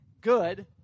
good